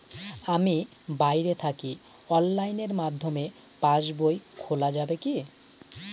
আমি বাইরে থাকি অনলাইনের মাধ্যমে পাস বই খোলা যাবে কি?